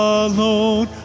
alone